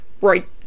right